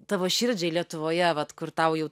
tavo širdžiai lietuvoje vat kur tau jau